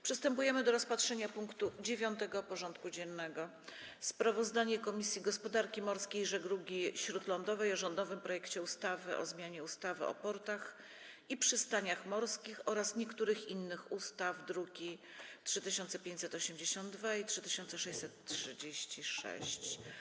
Przystępujemy do rozpatrzenia punktu 9. porządku dziennego: Sprawozdanie Komisji Gospodarki Morskiej i Żeglugi Śródlądowej o rządowym projekcie ustawy o zmianie ustawy o portach i przystaniach morskich oraz niektórych innych ustaw (druki nr 3582 i 3636)